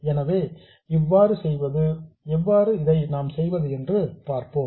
எனவே இதை எவ்வாறு செய்வது என்று பார்ப்போம்